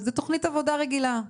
זו תכנית עבודה רגילה.